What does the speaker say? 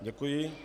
Děkuji.